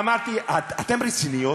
אמרתי: אתן רציניות?